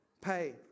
pay